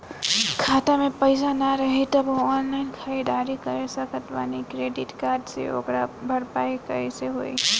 खाता में पैसा ना रही तबों ऑनलाइन ख़रीदारी कर सकत बानी क्रेडिट कार्ड से ओकर भरपाई कइसे होई?